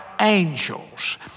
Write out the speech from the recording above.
angels